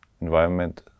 environment